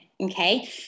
okay